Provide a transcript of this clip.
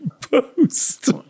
post